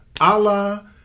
Allah